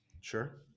Sure